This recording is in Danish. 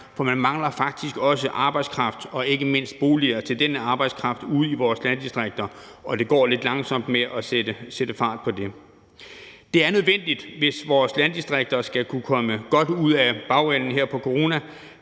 for man mangler faktisk også arbejdskraft og ikke mindst boliger til denne arbejdskraft ude i vores landdistrikter, og det går lidt langsomt med at sætte fart på det. Det er nødvendigt, hvis vores landdistrikter skal kunne komme godt ud af perioden her efter corona,